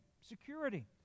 security